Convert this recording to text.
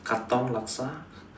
Katong laksa